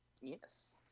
Yes